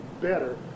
better